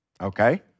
Okay